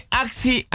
aksi